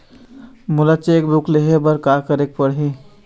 मोला cheque book लेहे बर का केरेक पढ़ही?